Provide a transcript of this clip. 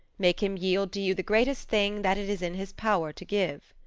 make him yield to you the greatest thing that it is in his power to give.